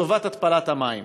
לטובת התפלת המים.